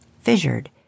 Fissured